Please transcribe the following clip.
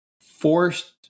forced